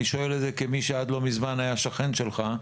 אני שואל את זה כמי שעד לא מזמן היה שכן שלך.